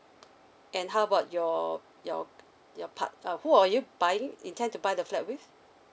and how about your your your part~ uh who are you buying intend to buy the flat with